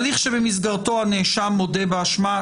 הליך במסגרתו הנאשם מודה באשמה,